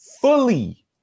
fully